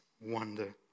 wonder